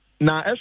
now